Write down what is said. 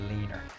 leaner